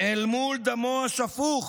אל מול דמו השפוך